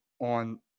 on